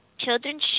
children